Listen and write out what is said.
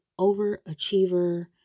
overachiever